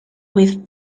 with